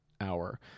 hour